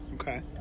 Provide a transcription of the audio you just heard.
Okay